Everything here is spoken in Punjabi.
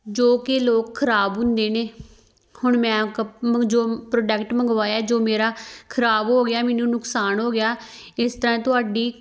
ਜੋ ਕਿ ਲੋਕ ਖਰਾਬ ਹੁੰਦੇ ਨੇ ਹੁਣ ਮੈਂ ਕਪ ਜੋ ਪ੍ਰੋਡੈਕਟ ਮੰਗਵਾਇਆ ਜੋ ਮੇਰਾ ਖਰਾਬ ਹੋ ਗਿਆ ਮੈਨੂੰ ਨੁਕਸਾਨ ਹੋ ਗਿਆ ਇਸ ਤਰ੍ਹਾਂ ਤੁਹਾਡੀ